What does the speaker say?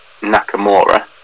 Nakamura